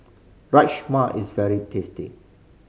rajma is very tasty